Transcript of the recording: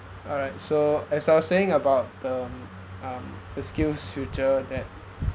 alright so as I was saying about the (um)the skills future that